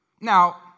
Now